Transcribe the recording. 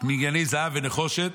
מגני זהב ונחושת,